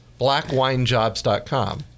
Blackwinejobs.com